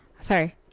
sorry